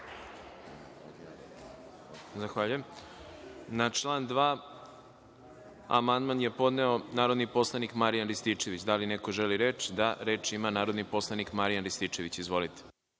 Zahvaljujem. Na član 2. amandman je podneo narodni poslanik Marijan Rističević. Da li neko želi reč? (Da.)Reč ima narodni poslanik Marijan Rističević. Izvolite.